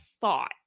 thought